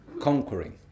conquering